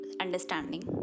understanding